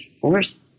force